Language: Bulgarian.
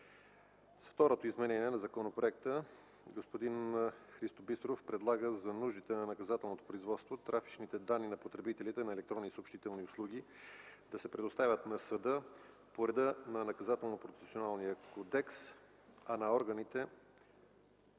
С второто изменение от законопроекта господин Христо Бисеров предлага за нуждите на наказателното производство трафичните данни на потребителите на електронни съобщителни услуги да се предоставят на съда – по реда на Наказателно-процесуалния